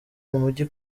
umujyi